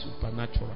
Supernatural